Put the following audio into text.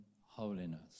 holiness